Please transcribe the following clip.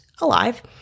alive